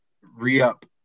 re-up